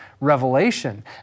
revelation